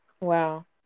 Wow